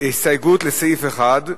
לסעיף 1,